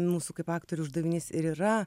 mūsų kaip aktorių uždavinys ir yra